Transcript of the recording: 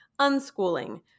unschooling